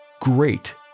Great